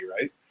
right